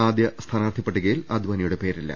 ആദ്യ സ്ഥാനാർത്ഥി പട്ടികയിൽ അദാനിയുടെ പേരില്ല